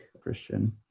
Christian